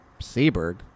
Seabird